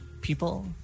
people